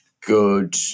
good